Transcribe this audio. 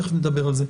תכף נדבר על זה.